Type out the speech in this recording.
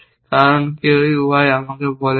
কারণ কেউই Y আমাকে বলা হয়নি